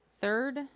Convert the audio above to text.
Third